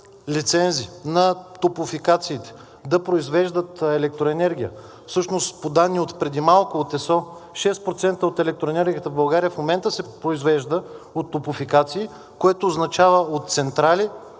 на топлофикациите да произвеждат електроенергия, всъщност по данни отпреди малко от ЕСО 6% от електроенергия в България в момента се произвежда от топлофикации, което означава от централи,